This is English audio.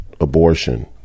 abortion